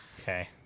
Okay